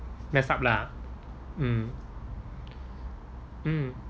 messed up lah mm mm